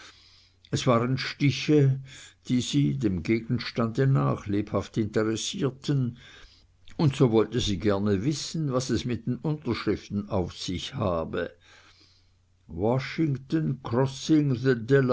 es waren stiche die sie dem gegenstande nach lebhaft interessierten und so wollte sie gerne wissen was es mit den unterschriften auf sich habe washington